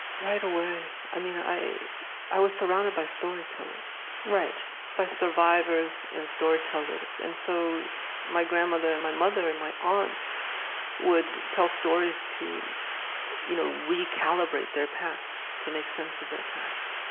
right away. um you know i i was surrounded by storytellers, by survivors and storytellers. and so my grandmother and my mother and my aunt would tell stories to you know recalibrate their past, to make sense of their past.